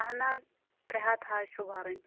اہن حظ ترےٚ ہتھ حظ چھ بَرٕنی